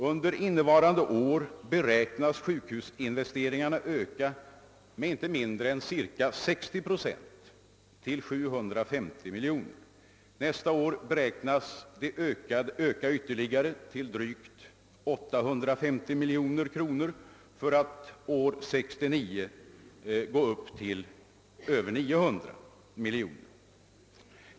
Under innevarande år beräknas sjukhusinvesteringarna öka med inte mindre än 60 procent till 750 miljoner. Siffran väntas nästa år öka ytterligare till drygt 850 miljoner kronor, för att år 1969 uppgå till över 900 miljoner.